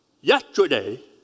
yesterday